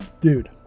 dude